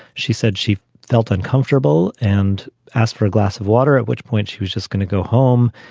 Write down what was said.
she said she felt uncomfortable and asked for a glass of water, at which point she was just going to go home.